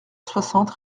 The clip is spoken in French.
soixante